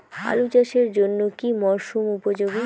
আলু চাষের জন্য কি মরসুম উপযোগী?